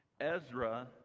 Ezra